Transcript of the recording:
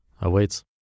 awaits